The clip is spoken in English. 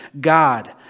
God